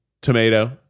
tomato